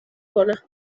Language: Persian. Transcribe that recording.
کنه